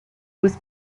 was